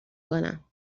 کنم